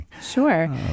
Sure